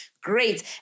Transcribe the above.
great